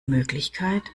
möglichkeit